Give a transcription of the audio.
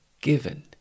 given